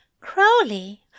Crowley